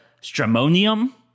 Stramonium